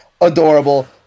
adorable